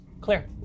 clear